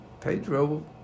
Pedro